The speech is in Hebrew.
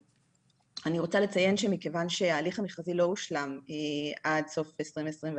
אני רוצה לציין שמכיוון שההליך המכרזי לא הושלם עד סוף שנת 2021,